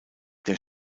der